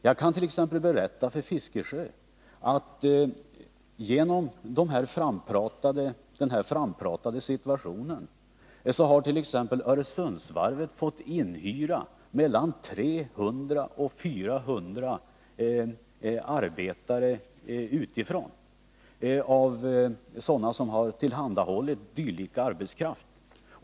Jag kan t.ex. berätta för Bertil Fiskesjö att på grund av den här frampratade situationen har Öresundsvarvet fått inhyra mellan 300 och 400 arbetare utifrån från sådana som tillhandahåller dylik arbetskraft.